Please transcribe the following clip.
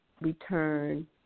return